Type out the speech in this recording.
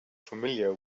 familiar